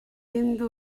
hindu